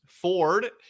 Ford